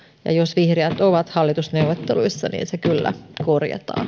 ja jos vihreät ovat hallitusneuvotteluissa niin se kyllä korjataan